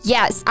Yes